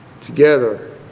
together